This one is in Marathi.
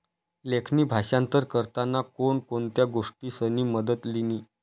लेखणी भाषांतर करताना कोण कोणत्या गोष्टीसनी मदत लिनी